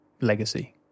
legacy